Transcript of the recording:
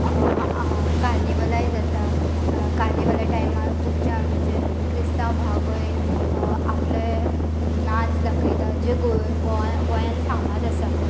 कार्निवालाय जाता कार्निवाला टायमार खुबशे आमचे क्रिस्तांव भाव भयण आपले नाच दाखयता जे गो गोंयांत फामाद आसा